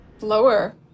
lower